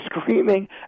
screaming